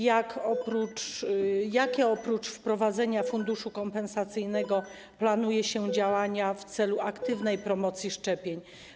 Jakie oprócz wprowadzenia funduszu kompensacyjnego planuje się działania w celu aktywnej promocji szczepień?